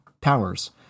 powers